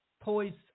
poised